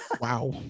Wow